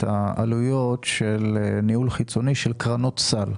העלויות של ניהול חיצוני של קרנות סל,